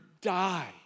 die